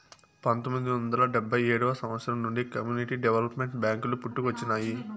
పంతొమ్మిది వందల డెబ్భై ఏడవ సంవచ్చరం నుండి కమ్యూనిటీ డెవలప్మెంట్ బ్యేంకులు పుట్టుకొచ్చినాయి